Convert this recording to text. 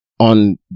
on